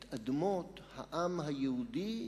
את אדמות העם היהודי,